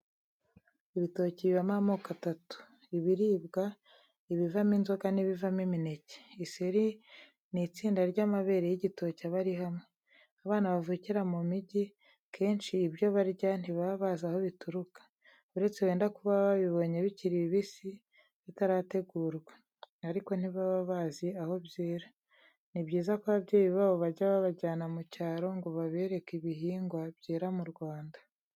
Ibitoki bibamo amoko atatu: ibiribwa, ibivamo inzoga n'ibivamo imineke. Iseri ni itsinda ry'amabere y'igitoki aba ari hamwe. Abana bavukira mu mijyi, kenshi ibyo barya ntibaba bazi aho bituruka. Uretse wenda kuba babibonye bikiri bibisi bitarategurwa, ariko ntibaba bazi aho byera. Ni byiza ko ababyeyi babo bajya babajyana mu cyaro ngo babereke ibihingwa byera mu Rwanda.